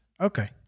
Okay